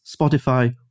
Spotify